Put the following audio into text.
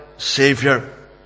Savior